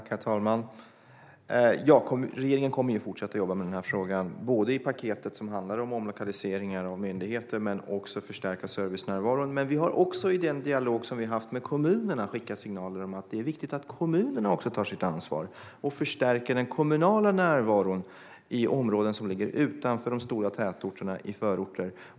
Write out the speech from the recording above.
Herr talman! Regeringen kommer att fortsätta att jobba med denna fråga, både i paketet som handlar om omlokalisering av myndigheter och i förstärkningen av servicenärvaron. Vi har också i vår dialog med kommunerna skickat signaler om att det är viktigt att de tar sitt ansvar och förstärker den kommunala närvaron i områden som ligger utanför de stora tätorterna och i förorter.